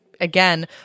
Again